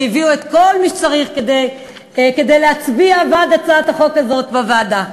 שהביאו את כל מי שצריך כדי להצביע בעד הצעת החוק הזאת בוועדה.